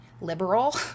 liberal